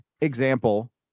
example